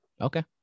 Okay